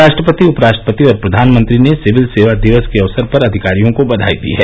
राष्ट्रपति उपराष्ट्रपति और प्रधानमंत्री ने सिविल सेवा दिवस के अवसर पर अधिकारियों को बधाई दी है